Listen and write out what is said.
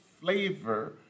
flavor